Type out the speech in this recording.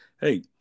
hey